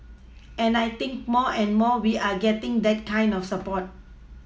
and I think more and more we are getting that kind of support